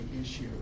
issue